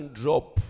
drop